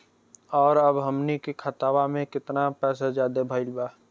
और अब हमनी के खतावा में कितना पैसा ज्यादा भईल बा?